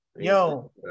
Yo